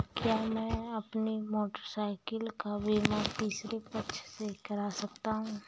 क्या मैं अपनी मोटरसाइकिल का बीमा तीसरे पक्ष से करा सकता हूँ?